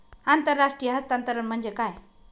आंतरराष्ट्रीय हस्तांतरण म्हणजे काय?